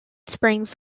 springs